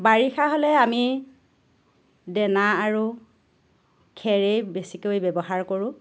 বাৰিষা হ'লে আমি দানা আৰু খেৰেই বেছিকৈ ব্যৱহাৰ কৰোঁ